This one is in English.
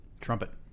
Trumpet